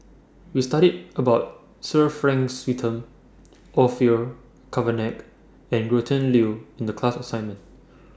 We studied about Sir Frank Orfeur Cavenagh and Gretchen Liu in The class assignment